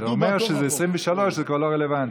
זה אומר שכשזה העשרים-ושלוש זה כבר לא רלוונטי,